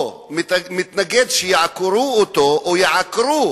או מתנגד שיעקרו אותו או יעקרו